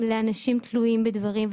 לאנשים תלויים בדברים.